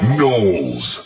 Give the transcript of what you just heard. Knowles